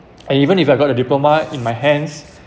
uh even if I got a diploma in my hands